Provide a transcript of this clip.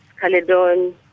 Caledon